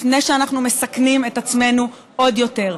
לפני שאנחנו מסכנים את עצמנו עוד יותר.